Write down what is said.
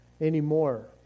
Anymore